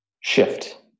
shift